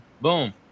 Boom